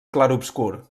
clarobscur